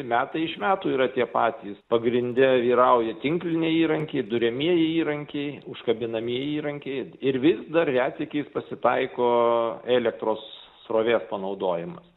metai iš metų yra tie patys pagrinde vyrauja tinkliniai įrankiai duriamieji įrankiai užkabinamieji įrankiai ir vis dar retsykiais pasitaiko elektros srovės panaudojimas